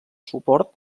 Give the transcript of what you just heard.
suport